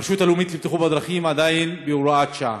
הרשות הלאומית לבטיחות בדרכים עדיין בהוראת שעה.